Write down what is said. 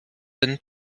den